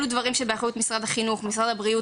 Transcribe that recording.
אלה דברים שבאחריות משרד החינוך; משרד הבריאות